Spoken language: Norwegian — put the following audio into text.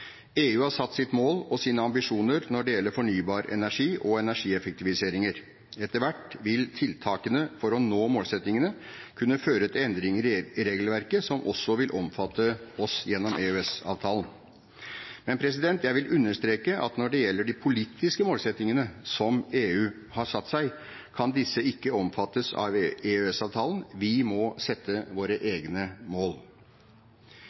EU har satt sitt mål og sine ambisjoner når det gjelder fornybar energi og energieffektiviseringer. Etter hvert vil tiltakene for å nå målsettingene kunne føre til endringer i regelverket som også vil omfatte oss gjennom EØS-avtalen. Men jeg vil understreke at når det gjelder de politiske målsettingene som EU har satt, kan disse ikke omfattes av EØS-avtalen. Vi må sette våre egne mål.